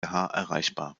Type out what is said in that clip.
erreichbar